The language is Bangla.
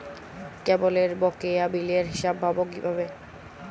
কেবলের বকেয়া বিলের হিসাব পাব কিভাবে?